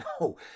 no